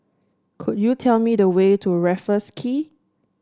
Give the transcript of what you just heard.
could you tell me the way to Raffles Quay